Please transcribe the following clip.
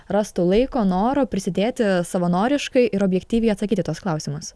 rastų laiko noro prisidėti savanoriškai ir objektyviai atsakyt į tuos klausimus